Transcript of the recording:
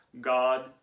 God